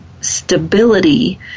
stability